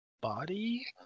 body